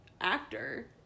actor